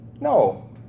No